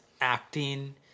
acting